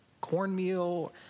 cornmeal